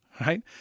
Right